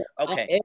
Okay